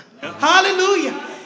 Hallelujah